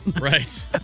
Right